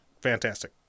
fantastic